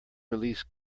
release